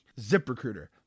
ZipRecruiter